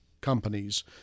companies